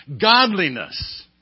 godliness